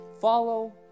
Follow